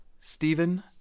Stephen